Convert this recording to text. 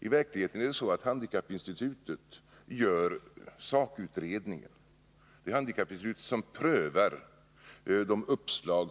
I verkligheten gör handikappinstitutet sakutredningen och prövar de uppslag